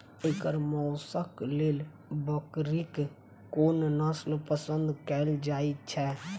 एकर मौशक लेल बकरीक कोन नसल पसंद कैल जाइ छै?